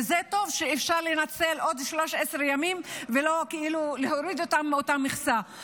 וטוב שאפשר לנצל עוד 13 ימים ולא להוריד אותם מאותה מכסה,